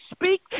Speak